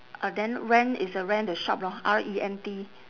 ah then rent is uh rent the shop lor R E N T